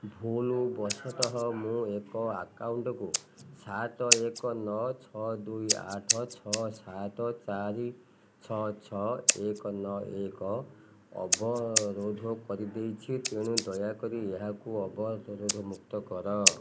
ଭୁଲ ବଶତଃ ମୁଁ ଏକ ଆକାଉଣ୍ଟକୁ ସାତ ଏକ ନଅ ଛଅ ଦୁଇ ଆଠ ଛଅ ସାତ ଚାରି ଛଅ ଛଅ ଏକ ନଅ ଏକ ଅବରୋଧ କରିଦେଇଛି ତେଣୁ ଦୟାକରି ଏହାକୁ ଅବରୋଧମୁକ୍ତ କର